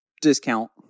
discount